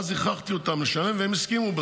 אז הכרחתי אותם לשלם והם הסכימו,